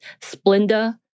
Splenda